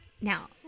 now